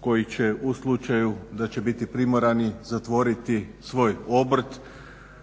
koji će u slučaju da će biti primorani zatvoriti svoj obrt